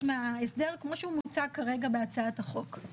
מההסדר כמו שהוא מוצג כרגע בהצעת החוק.